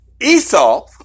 Esau